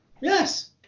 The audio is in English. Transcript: yes